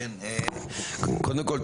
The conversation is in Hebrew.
קודם כל,